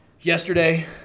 yesterday –